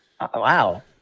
Wow